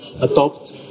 adopt